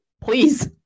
please